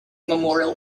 memorial